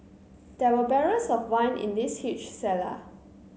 there were barrels of wine in this huge cellar